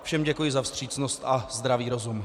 Všem děkuji za vstřícnost a zdravý rozum.